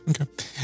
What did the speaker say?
Okay